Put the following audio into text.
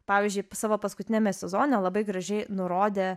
pavyzdžiui savo paskutiniame sezone labai gražiai nurodė